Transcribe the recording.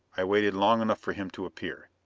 i waited long enough for him to appear.